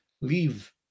leave